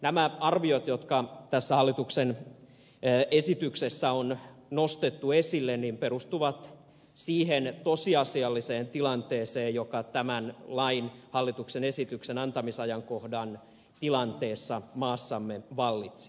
nämä arviot jotka tässä hallituksen esityksessä on nostettu esille perustuvat siihen tosiasialliseen tilanteeseen joka tämän hallituksen esityksen antamisajankohdan tilanteessa maassamme vallitsi